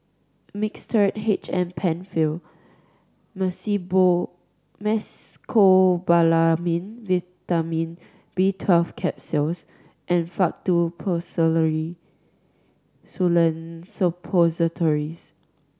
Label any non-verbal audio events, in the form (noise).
Mixtard H M Penfill (unintelligible) Mecobalamin Vitamin B Twelve Capsules and Faktu Policresulen Suppositories